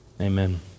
Amen